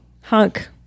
hunk